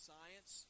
Science